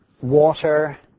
water